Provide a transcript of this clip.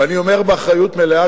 ואני אומר באחריות מלאה,